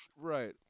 Right